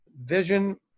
vision